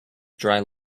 dry